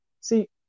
see